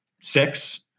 six